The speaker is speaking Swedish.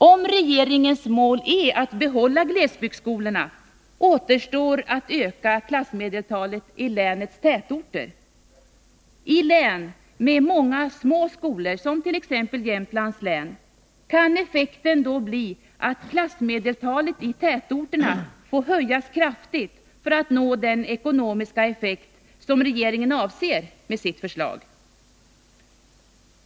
Om regeringens mål är att behålla glesbygdsskolorna återstår att öka klassmedeltalet i länens tätorter. I län med många små skolor, som t.ex. Jämtlands län, kan effekten då bli att klassmedeltalet i tätorterna får höjas kraftigt för att man skall nå den ekonomiska effekt som regeringen avser med sitt förslag.